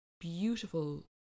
beautiful